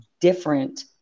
different